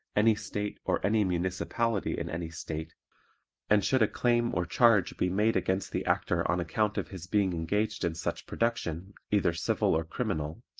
any state or any municipality in any state and should a claim or charge be made against the actor on account of his being engaged in such production, either civil or criminal,